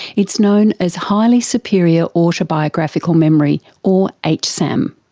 it's known as highly superior autobiographical memory or hsam.